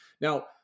now